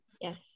Yes